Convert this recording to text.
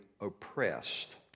oppressed